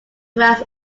class